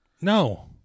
No